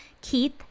Keith